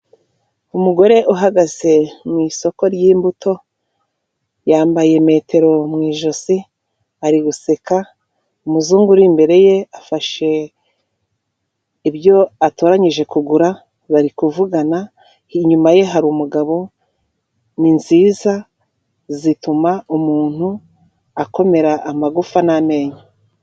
Umugore uhagaze mu isoko ryimbuto yambaye metero mu ijosi ari guseka, umuzungu uri imbere ye afashe ibyo atoranyije kugura bari kuvugana, inyuma ye hari umugabo ninziza zituma umuntu akomera amagufa n'amenyo.